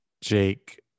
Jake